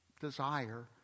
desire